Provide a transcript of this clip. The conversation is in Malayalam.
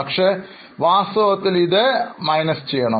പക്ഷേ വാസ്തവത്തിൽ ഇത് കുറയ്ക്കണം